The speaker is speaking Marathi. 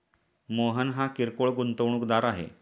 मोहन हा किरकोळ गुंतवणूकदार आहे